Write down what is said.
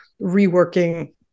reworking